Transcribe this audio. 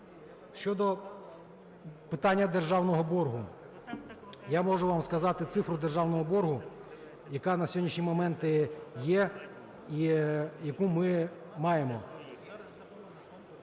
Щодо питання державного боргу. Я можу вам сказати цифру державного боргу, яка на сьогоднішній момент є і яку ми маємо.